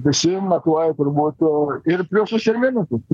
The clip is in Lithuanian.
visi matuoja turbūt ir pliusus ir minusus